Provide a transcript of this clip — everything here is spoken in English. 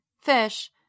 Fish